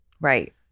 Right